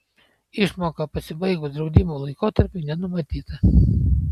išmoka pasibaigus draudimo laikotarpiui nenumatyta